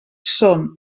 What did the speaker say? són